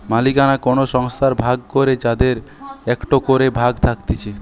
মালিকানা কোন সংস্থার ভাগ করে যাদের একটো করে ভাগ থাকতিছে